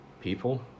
people